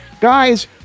Guys